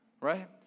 right